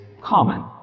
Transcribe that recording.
common